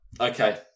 Okay